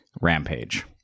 Rampage